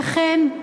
וכן,